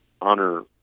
honor